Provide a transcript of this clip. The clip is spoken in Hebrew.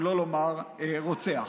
שלא לומר רוצח.